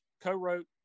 co-wrote